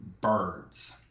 Birds